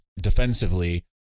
defensively